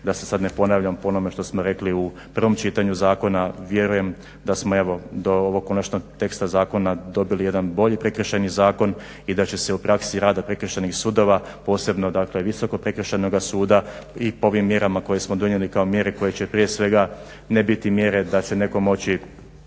da se sada ne ponavljam po onome što smo rekli u prvom čitanju zakona. Vjerujem da smo do ovog konačnog teksta zakona dobili jedan bolji Prekršajni zakon i da će se u praksi rada prekršajnih sudova posebno Visokog prekršajnog suda i po ovim mjerama koje smo donijeli kao mjere koje će prije svega ne biti mjere da će netko moći